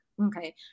Okay